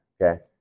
Okay